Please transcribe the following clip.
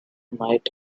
night